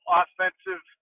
offensive